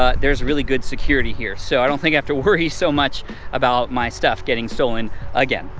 ah there's really good security here. so i don't think i have to worry so much about my stuff getting stolen again.